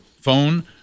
phone